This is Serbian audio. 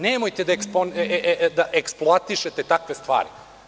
Nemojte da eksploatišete takve stvari.